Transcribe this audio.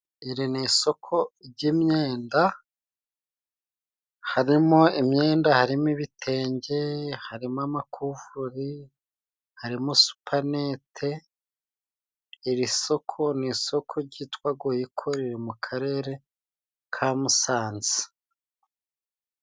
Iri ni isoko ry'imyenda harimo imyenda harimo ibitenge, harimo amakuvurori, harimo supanete. Iri soko ni isoko ryitwa Goyiko riri mu Karere ka Musanze.